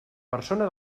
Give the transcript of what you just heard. persona